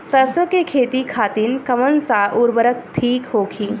सरसो के खेती खातीन कवन सा उर्वरक थिक होखी?